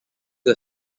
are